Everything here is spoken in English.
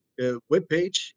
webpage